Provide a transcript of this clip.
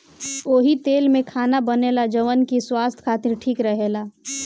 ओही तेल में खाना बनेला जवन की स्वास्थ खातिर ठीक रहेला